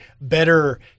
better